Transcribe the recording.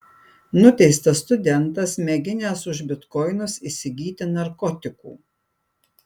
nuteistas studentas mėginęs už bitkoinus įsigyti narkotikų